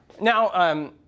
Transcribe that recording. Now